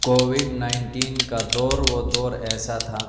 Covid nineteen کا دور وہ دور ایسا تھا